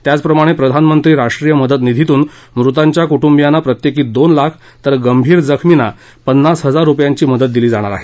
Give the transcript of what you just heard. त्याचप्रमाणे प्रधानमंत्री राष्ट्रीय मदत निधीतून मृतांच्या कुटुंबांना प्रत्येकी दोन लाख तर गंभीर जखमींना पन्नास हजार रुपयांची मदत दिली जाणार आहे